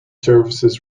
services